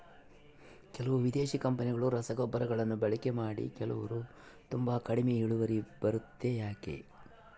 ಕೆಲವು ವಿದೇಶಿ ಕಂಪನಿಗಳ ರಸಗೊಬ್ಬರಗಳನ್ನು ಬಳಕೆ ಮಾಡಿ ಕೆಲವರು ತುಂಬಾ ಕಡಿಮೆ ಇಳುವರಿ ಬರುತ್ತೆ ಯಾಕೆ?